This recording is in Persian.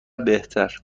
بهتر